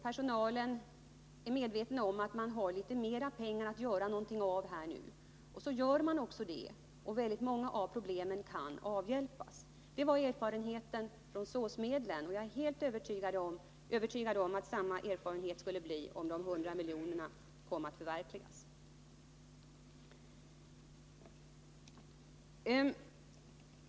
Personalen är medveten om att man har litet mer pengar att göra någonting av — och så kommer det aktiva problemlösningar till stånd. Detta var erfarenheten från SÅS-medlen, och jag är helt övertygad om att det skulle bli samma erfarenhet om de 100 miljonerna kom att förverkligas.